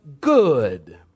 good